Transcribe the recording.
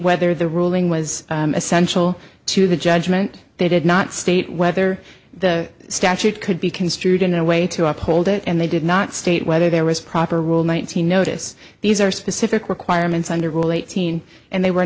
whether the ruling was essential to the judgment they did not state whether the statute could be construed in a way to uphold it and they did not state whether there was proper rule nineteen notice these are specific requirements under rule eighteen and they were